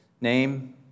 name